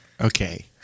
Okay